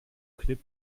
clip